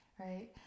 Right